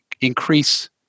increase